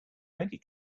many